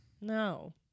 No